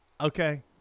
okay